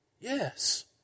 Yes